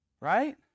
right